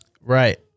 Right